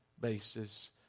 basis